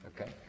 Okay